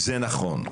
זה נכון.